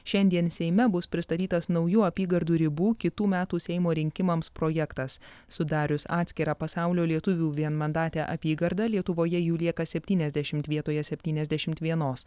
šiandien seime bus pristatytas naujų apygardų ribų kitų metų seimo rinkimams projektas sudarius atskirą pasaulio lietuvių vienmandatę apygardą lietuvoje jų lieka septyniasdešimt vietoje septyniasdešimt vienos